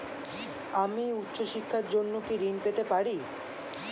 আমি উচ্চশিক্ষার জন্য কি ঋণ পেতে পারি?